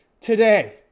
today